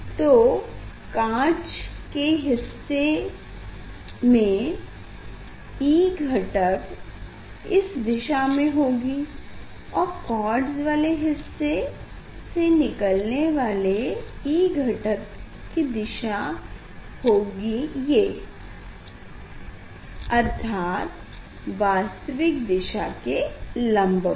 तो कांच के हिस्से में E घटक इस दिशा में होगी और क्वार्ट्ज वाले हिस्से से निकलने वाले के E घटक की दिशा ये होगी अर्थात वास्तविक दिशा के लंबवत